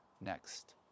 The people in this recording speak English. next